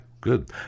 good